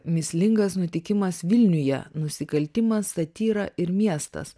mįslingas nutikimas vilniuje nusikaltimas satyra ir miestas